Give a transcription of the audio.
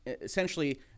essentially